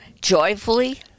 joyfully